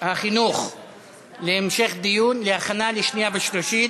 החינוך להכנה לקריאה שנייה ושלישית.